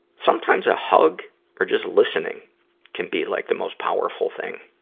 sometimes a hug or just listening can be, like, the most powerful thing.